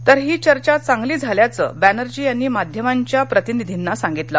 तरही चर्चा चांगली झाल्याचं बॅनर्जी यांनी माध्यमांच्या प्रतिनिधींना सांगितलं